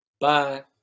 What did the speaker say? Bye